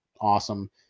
awesome